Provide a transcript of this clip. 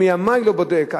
אני מימי לא בודק,